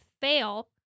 fail